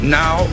now